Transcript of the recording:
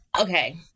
okay